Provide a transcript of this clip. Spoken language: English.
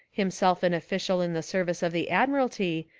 himself an official in the service of the admiralty,